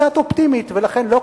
זה העובדים הזרים האלה.